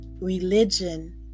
religion